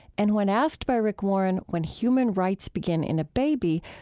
and when asked by rick warren when human rights begin in a baby,